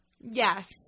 yes